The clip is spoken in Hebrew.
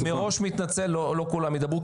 אני מראש מתנצל, לא כולם ידברו.